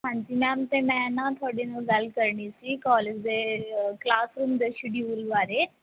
ਹਾਂਜੀ ਮੈਮ ਅਤੇ ਮੈਂ ਨਾ ਤੁਹਾਡੇ ਨਾਲ ਗੱਲ ਕਰਨੀ ਸੀ ਕੋਲਜ ਦੇ ਕਲਾਸਰੂਮ ਦੇ ਸ਼ਡਿਊਲ ਬਾਰੇ